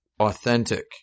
authentic